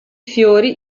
fiori